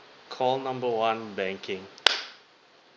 call number one banking